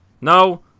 No